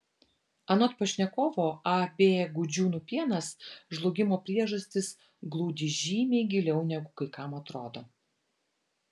anot pašnekovo ab gudžiūnų pienas žlugimo priežastys glūdi žymiai giliau negu kai kam atrodo